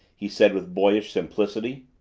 he said with boyish simplicity.